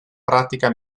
pratica